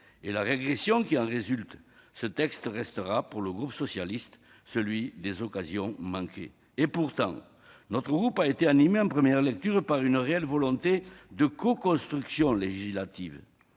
la régression qui en résulte, ce texte restera pour le groupe socialiste celui des occasions manquées. Pourtant, mon groupe a été animé en première lecture pas une réelle volonté de coconstruction législative.